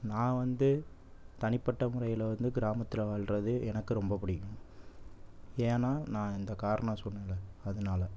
நான் வந்து தனிப்பட்ட முறையில் வந்து கிராமத்தில் வாழ்வது எனக்கு ரொம்ப பிடிக்கும் ஏன்னால் நான் இந்த காரணம் சொன்னேன்லை அதனால